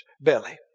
belly